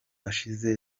ashize